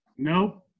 No